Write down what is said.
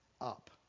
up